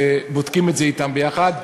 ובודקים את זה אתם ביחד.